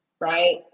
Right